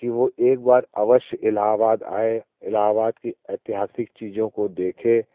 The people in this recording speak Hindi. कि वो एक बार अवश्य इलाहाबाद आए इलाहाबाद की ऐतिहासिक चीज़ों को देखें